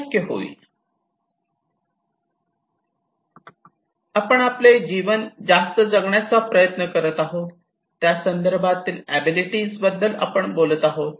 आपण आपले जीवन जास्त जगण्याचा प्रयत्न करीत आहोत त्यासंदर्भातील एबिलिटी बद्दल आपण बोलत आहोत